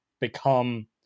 become